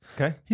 Okay